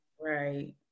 Right